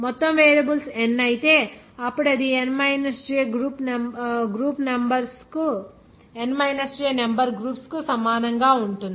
మొత్తం variables n అయితే అప్పుడు అది n j నెంబర్ గ్రూప్స్ కు సమానంగా ఉంటుంది